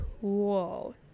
cool